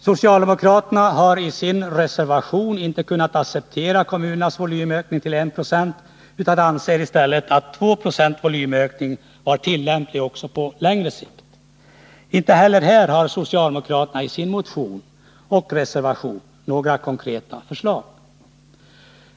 Socialdemokraterna har i sin reservation inte kunnat acceptera en takt i kommunernas volymökning om 196 utan anser i stället 2 70 volymökning vara tillämplig också på längre sikt. Inte heller här har socialdemokraterna i sin motion och reservation några konkreta förslag.